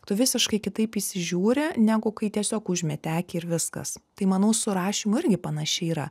tu visiškai kitaip įsižiūri negu kai tiesiog užmeti akį ir viskas tai manau su rašymu irgi panašiai yra